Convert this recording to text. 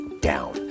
down